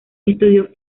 estudió